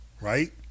right